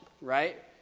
right